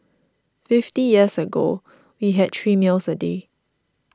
fifty years ago we had three meals a day